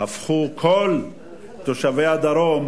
כל תושבי הדרום